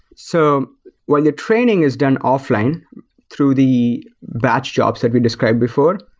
so while your training is done offline through the batch jobs that we described before,